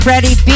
Ready